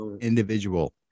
individual